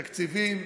תקציבים,